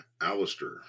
Alistair